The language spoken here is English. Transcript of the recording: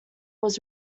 was